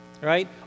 right